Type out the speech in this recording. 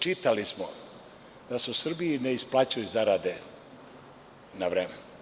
Čitali smo da se u Srbiji ne isplaćuju zarade na vreme.